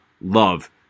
love